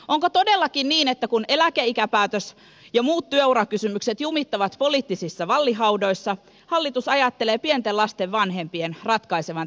onko todellakin niin että kun eläkeikäpäätös ja muut työurakysymykset jumittavat poliittisissa vallihaudoissa hallitus ajattelee pienten lasten vanhempien ratkaisevan tämänkin huolen